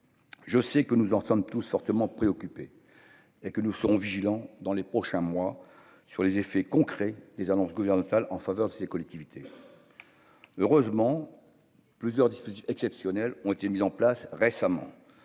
je sais que nous en sommes tous fortement préoccupés et que nous serons vigilants dans les prochains mois sur les effets concrets des annonces gouvernementales en faveur de ces collectivités heureusement plusieurs dispositifs exceptionnels ont été mises en place récemment